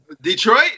Detroit